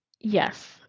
Yes